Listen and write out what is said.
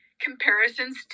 comparisons